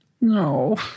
No